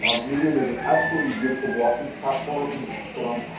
ah medium is an absolutely beautiful blogging platform that's